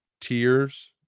Tears